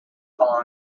fall